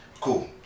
cool